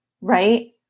right